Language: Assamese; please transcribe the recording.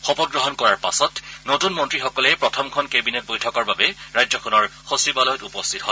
শপতগ্ৰহণ কৰাৰ পাছত নতুন মন্ত্ৰীসকলে প্ৰথমখন কেবিনেট বৈঠকৰ বাবে ৰাজ্যখনৰ সচিবালয়ত উপস্থিত হয়